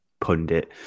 pundit